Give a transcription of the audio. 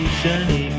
shiny